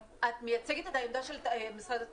את מייצגת את העמדה של משרד התחבורה.